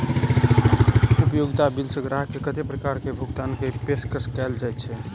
उपयोगिता बिल सऽ ग्राहक केँ कत्ते प्रकार केँ भुगतान कऽ पेशकश कैल जाय छै?